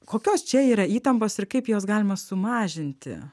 kokios čia yra įtampos ir kaip jas galima sumažinti